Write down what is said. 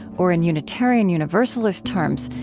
or in unitarian universalist terms,